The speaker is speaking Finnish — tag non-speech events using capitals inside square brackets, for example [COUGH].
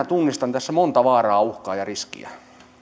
[UNINTELLIGIBLE] tunnistan tässä monta vaaraa uhkaa ja riskiä